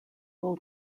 will